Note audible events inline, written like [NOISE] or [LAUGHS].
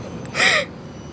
[LAUGHS]